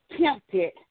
tempted